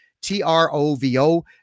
T-R-O-V-O